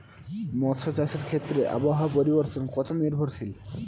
মৎস্য চাষের ক্ষেত্রে আবহাওয়া পরিবর্তন কত নির্ভরশীল?